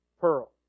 pearl